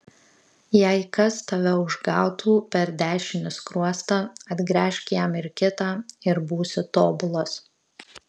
jei kas tave užgautų per dešinį skruostą atgręžk jam ir kitą ir būsi tobulas